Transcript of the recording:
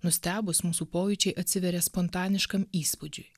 nustebus mūsų pojūčiai atsiveria spontaniškam įspūdžiui